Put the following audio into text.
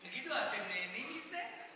תגידו, אתם נהנים מזה?